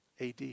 AD